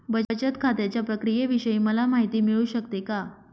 बचत खात्याच्या प्रक्रियेविषयी मला माहिती मिळू शकते का?